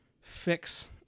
fix